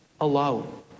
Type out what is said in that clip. alone